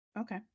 Okay